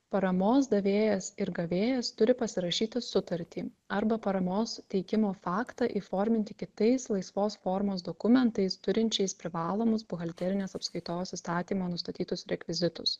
paramos davėjas ir gavėjas turi pasirašyti sutartį arba paramos teikimo faktą įforminti kitais laisvos formos dokumentais turinčiais privalomus buhalterinės apskaitos įstatyme nustatytus rekvizitus